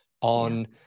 on